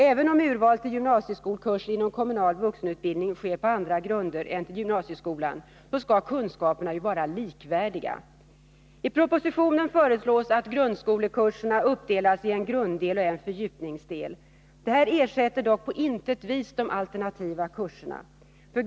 Även om urvalet till gymnasieskolkurs inom kommunal vuxenutbildning sker på andra grunder än till gymnasieskolan skall kunskaperna ju vara likvärdiga. I propositionen föreslås att grundskolekurserna uppdelasi en grunddel och en fördjupningsdel. Detta ersätter dock på intet vis de alternativa kurserna.